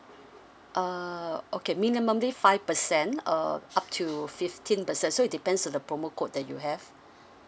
uh okay minimally five percent uh up to fifteen percent so it depends on the promo code that you have